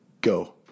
Go